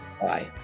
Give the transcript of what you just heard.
bye